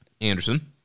Anderson